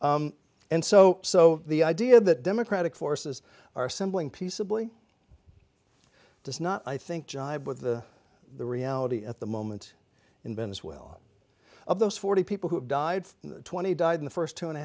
and so so the idea that democratic forces are simply in peaceably does not i think jibe with the reality at the moment in venezuela of those forty people who died twenty died in the first two and a